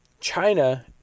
China